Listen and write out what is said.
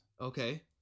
Okay